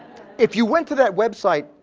if you went to that website,